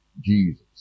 Jesus